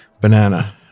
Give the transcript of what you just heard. banana